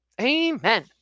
Amen